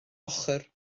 ochr